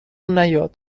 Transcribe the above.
نیاد